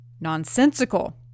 nonsensical